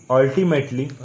ultimately